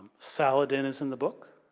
saladin is in the book,